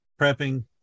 prepping